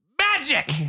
Magic